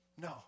No